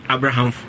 Abraham